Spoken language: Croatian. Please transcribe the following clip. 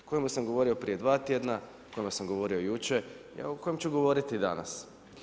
O kojemu sam govorio prije 2 tjedna, o kojemu sam govorio jučer, o kojem ću govoriti i danas.